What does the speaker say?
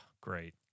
great